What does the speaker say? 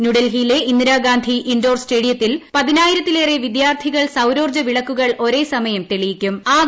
ന്യൂഡൽഹിയിലെ ഇന്ദിരാഗാന്ധി ഇൻഡോർ സ്റ്റേഡിയത്തിൽ പതിനായിരത്തിലേറ്റെ പിദ്യാർത്ഥികൾ സൌരോർജ്ജ വിളക്കുകൾ ഒരേസമയം തെളിയിക്കു്ം